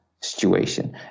situation